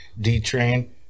D-Train